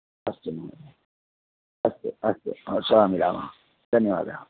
अस्तु महोदय अस्तु अस्तु श्वः मिलामः धन्यवादः